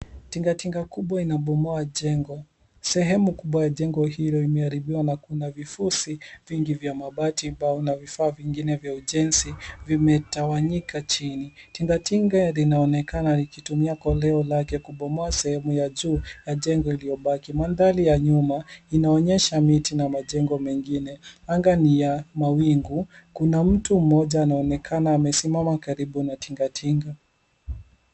Tingatinga kubwa inabomoa jengo. Sehemu kubwa ya jengo hilo imeharibiwa na kuna vifusi vingi vya mabati mbao na vifaa vingine vya ujenzi vimetawanyika chini. Tingatinga linaonekana likitumia koleo lake kubomoa sehemu ya juu ya jengo iliyobaki. Mandhari ya nyuma inaonyesha miti na majengo mengine. Anga ni ya mawingu. Kuna mtu mmoja anaonekana amesimama karibu na tingatinga.